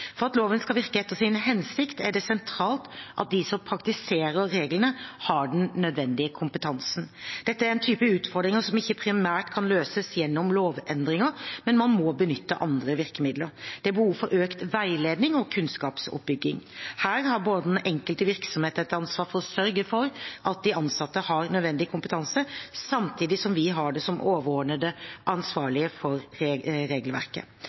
For at loven skal virke etter sin hensikt, er det sentralt at de som praktiserer reglene, har den nødvendige kompetansen. Dette er en type utfordring som ikke primært kan løses gjennom lovendringer, man må benytte andre virkemidler. Det er behov for økt veiledning og kunnskapsoppbygging. Her har den enkelte virksomhet et ansvar for å sørge for at de ansatte har nødvendig kompetanse, samtidig som vi som har det overordnete ansvaret for regelverket,